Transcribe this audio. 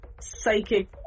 psychic